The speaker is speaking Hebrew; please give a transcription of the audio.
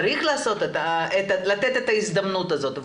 צריך לתת את ההזדמנות הזאת,